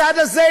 הצד הזה,